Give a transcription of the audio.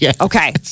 Okay